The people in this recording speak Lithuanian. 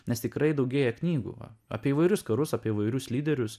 nes tikrai daugėja knygų apie įvairius karus apie įvairius lyderius